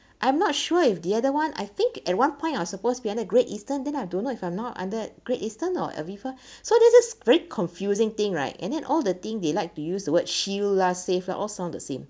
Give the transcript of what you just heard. I'm not sure if the other one I think at one point I supposed to be under Great Eastern then I don't know if I'm not under Great Eastern or Aviva so there's this great confusing thing right and then all the thing they like to use the word shield lah save lah all sound the same